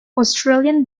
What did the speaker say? australian